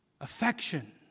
affection